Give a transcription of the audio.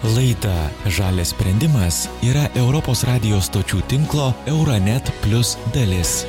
laidą žalias sprendimas yra europos radijo stočių tinklo euranet plius dalis